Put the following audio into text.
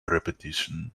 repetition